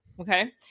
Okay